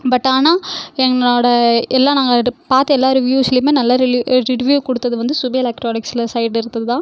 but ஆனால் என்னோட எல்லாம் நாங்கள் பார்த்த எல்லா ரிவியூஸ்லியுமே நல்ல ரிவியூ கொடுத்தது வந்து சுபே எலக்ட்ரானிக்ஸில் சைடுலேயிருந்துதான்